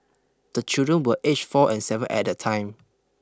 the children were aged four and seven at the time